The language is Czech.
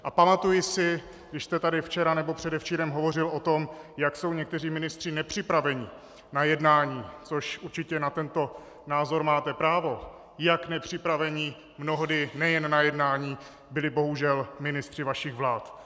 A pamatuji si, když jste tady včera nebo předevčírem hovořil o tom, jak jsou někteří ministři nepřipraveni na jednání, což určitě na tento názor máte právo, jak nepřipraveni mnohdy nejen na jednání byli, bohužel, ministři vašich vlád.